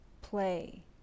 play